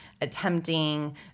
attempting